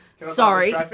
Sorry